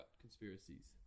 conspiracies